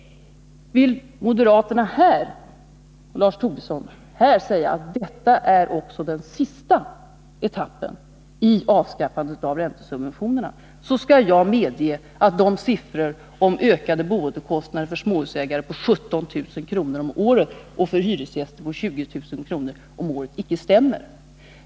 Vill moderaterna här, Lars Tobisson, säga att detta också är den sista etappen i avskaffandet av räntesubventionerna, så skall jag medge att siffrorna om ökade bostadskostnader för småhusägare på 17 000 kr. om året och för hyresgäster på 20 000 kr. om året icke stämmer.